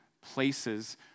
places